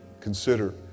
consider